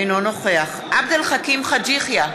אינה נוכח עבד אל חכים חאג' יחיא,